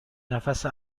نفس